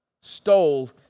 stole